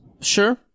Sure